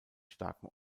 starken